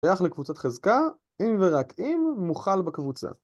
שייך לקבוצת חזקה אם ורק אם מוכל בקבוצה